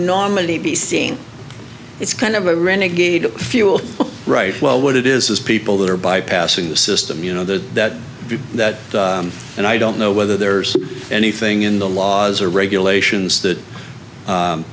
normally be seeing it's kind of a renegade fuel right well what it is is people that are bypassing the system you know that that and i don't know whether there's anything in the laws or regulations that